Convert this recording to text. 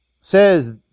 says